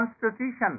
constitution